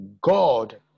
God